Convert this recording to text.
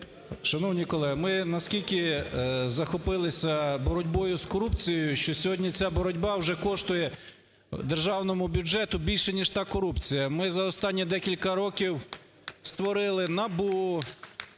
Шановні колеги, ми наскільки захопилися боротьбою з корупцією, що сьогодні ця боротьба уже коштує державному бюджету більше ніж та корупція. Ми за останні декілька років створили НАБУ,